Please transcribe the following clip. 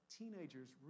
teenagers